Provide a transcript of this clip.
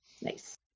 Nice